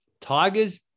Tigers